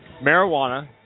Marijuana